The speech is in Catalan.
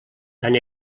tant